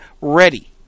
ready